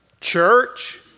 church